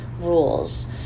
rules